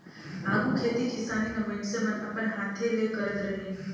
आघु खेती किसानी ल मइनसे मन अपन हांथे ले करत रहिन